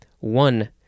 One